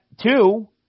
Two